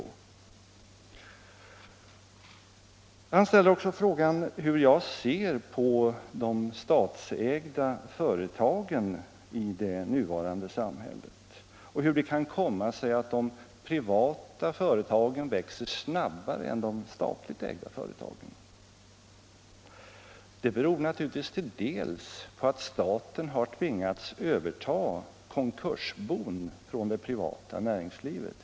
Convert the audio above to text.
Herr Burenstam Linder ställde också frågan hur jag ser på de statsägda företagen i vårt nuvarande samhälle och hur det kan komma sig att de privata företagen växer snabbare än de statligt ägda företagen. Ja, det beror naturligtvis till dels på att staten har tvingats överta konkursbon från det privata näringslivet.